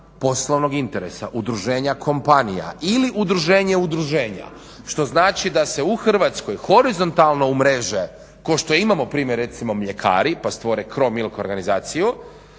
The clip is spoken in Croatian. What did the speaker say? poslovnog interesa, udruženja kompanija ili udruženje udruženja što znači da se u Hrvatskoj horizontalno u mreže kao što imamo primjer recimo mljekari pa stvore CRO milk organizaciju